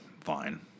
Fine